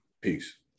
Peace